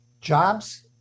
jobs